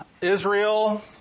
Israel